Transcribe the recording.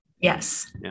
Yes